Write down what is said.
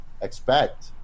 expect